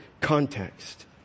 context